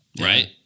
Right